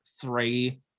three